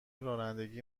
رانندگی